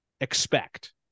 expect